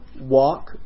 Walk